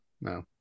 No